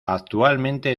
actualmente